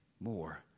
more